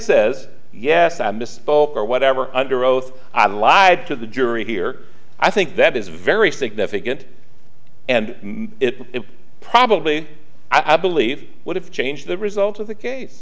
says yes i misspoke or whatever under oath i lied to the jury here i think that is very significant and it probably i believe would have changed the result of the case